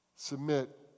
submit